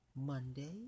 Monday